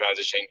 transitioning